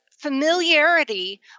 familiarity